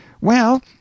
Well